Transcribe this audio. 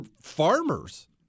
farmers